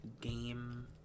game